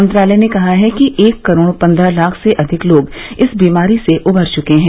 मंत्रालय ने कहा है कि एक करोड पन्द्रह लाख से अधिक लोग इस बीमारी से उबर चुके हैं